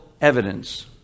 evidence